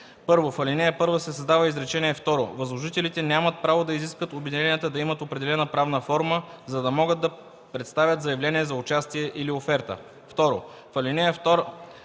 1. В ал. 1 се създава изречение второ: „Възложителите нямат право да изискват обединенията да имат определена правна форма, за да могат да представят заявление за участие или оферта.”. 2. В ал.